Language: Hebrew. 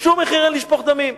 בשום מחיר אין לשפוך דמים.